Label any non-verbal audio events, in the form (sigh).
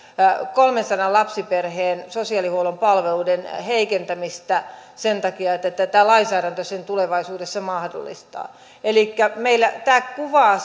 kolmeensataan lapsiperheen sosiaalihuollon palveluiden heikentämistä sen takia että tämä lainsäädäntö sen tulevaisuudessa mahdollistaa elikkä tämä kuvaa (unintelligible)